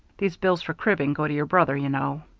these bills for cribbing go to your brother, you know.